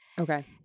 Okay